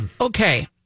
Okay